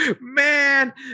Man